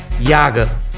Yaga